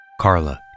Carla